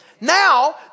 Now